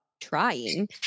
trying